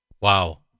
Wow